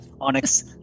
onyx